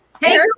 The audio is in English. Hey